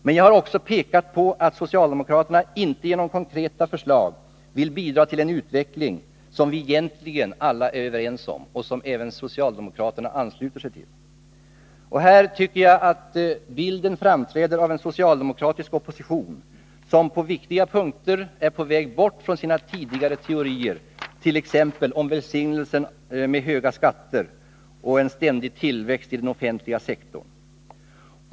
Men jag har också pekat på att socialdemokraterna inte genom konkreta förslag vill bidra till den utveckling som vi alla egentligen är överens om och som även socialdemokraterna ansluter sig till. Här framträder bilden av en socialdemokratisk opposition som på viktiga punkter är på väg bort från sina tidigare teorier, t.ex. om välsignelsen med höga skatter och en ständig tillväxt i den offentliga sektorn.